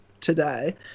today